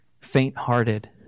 faint-hearted